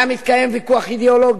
היה מתקיים ויכוח אידיאולוגי,